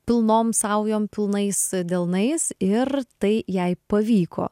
pilnom saujom pilnais delnais ir tai jai pavyko